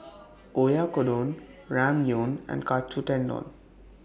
Oyakodon Ramyeon and Katsu Tendon